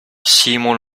simon